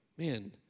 Man